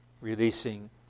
releasing